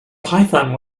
python